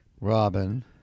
Robin